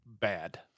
bad